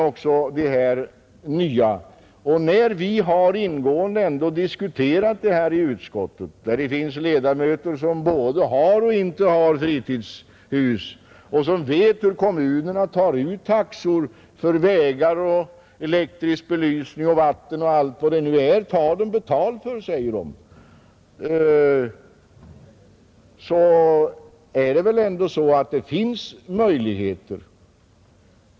Vi har diskuterat dessa frågor ingående i utskottet, och då har ledamöterna där — vi har både ledamöter som äger fritidshus och ledamöter som inte äger sådana — förklarat att kommunerna tar ut avgifter för vägar, elektrisk belysning, vatten osv. Där finns det sålunda möjligheter att ta in pengar.